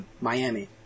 Miami